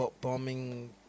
Bombing